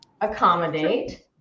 accommodate